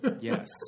Yes